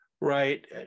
Right